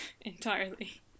entirely